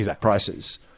prices